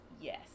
yes